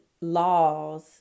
laws